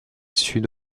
sud